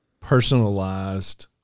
personalized